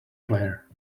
player